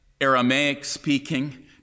Aramaic-speaking